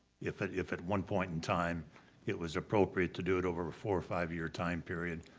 if at if at one point in time it was appropriate to do it over a four or five-year time period,